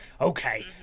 okay